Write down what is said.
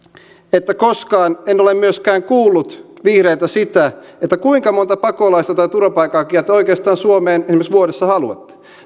että koskaan en ole myöskään kuullut vihreiltä sitä kuinka monta pakolaista tai turvapaikanhakijaa oikeastaan suomeen esimerkiksi vuodessa haluatte